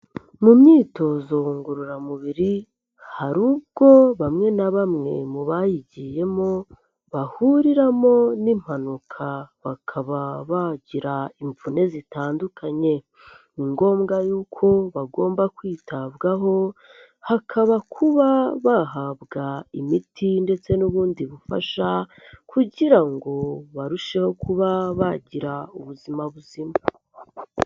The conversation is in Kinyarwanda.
Mu myitozo ngororamubiri, hari ubwo bamwe na bamwe mu bayigiyemo bahuriramo n'impanuka bakaba bagira imvune zitandukanye. Ni ngombwa yuko'uko bagomba kwitabwaho, hakaba kuba bahabwa imiti ndetse n'ubundi bufasha, kugira ngo barusheho kuba bagira ubuzima buzima.